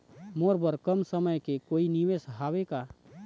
मोर बर कम समय के कोई निवेश हावे का?